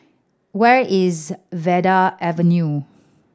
where is Vanda Avenue